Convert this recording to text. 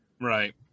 Right